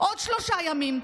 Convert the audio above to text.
עוד שלושה ימים.